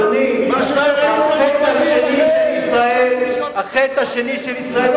מה ששפירא אמר, מה קרה לכם.